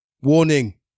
warning